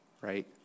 right